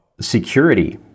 security